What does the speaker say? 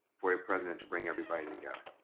for a president to bring everybody together.